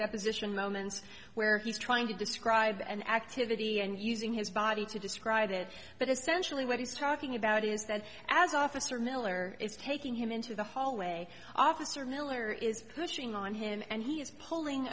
deposition moments where he's trying to describe an activity and using his body to describe it but essentially what he's talking about is that as officer miller is taking him into the hallway officer miller is pushing on him and he's pulling